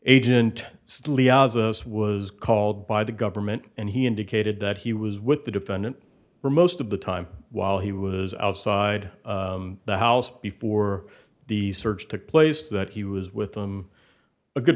us was called by the government and he indicated that he was with the defendant for most of the time while he was outside the house before the search took place that he was with them a good